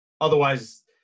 Otherwise